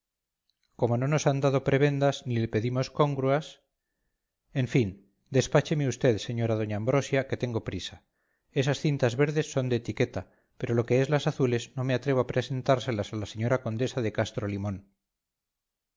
como no nos ha dado prebendas ni le pedimos congruas en fin despácheme vd señora doña ambrosia que tengo prisa esas cintas verdes son de etiqueta pero lo que es las azules no me atrevo a presentárselas a la señora condesa de